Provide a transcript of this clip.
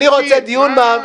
אני רוצה דיון מעמיק --- לא,